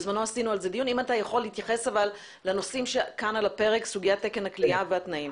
אם אתה יכול להתייחס לנושאים כאן על הפרק סוגיית תקן הכליאה והתנאים.